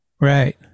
Right